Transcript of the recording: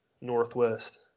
Northwest